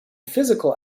physical